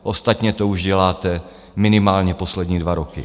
Ostatně to už děláte minimálně poslední dva roky.